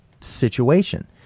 situation